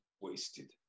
wasted